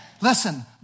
Listen